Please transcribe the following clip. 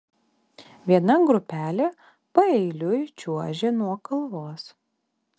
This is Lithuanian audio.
viena grupelė paeiliui čiuožė nuo kalvos